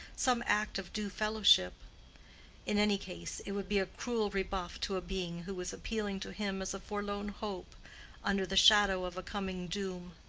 some act of due fellowship in any case it would be a cruel rebuff to a being who was appealing to him as a forlorn hope under the shadow of a coming doom.